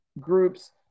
groups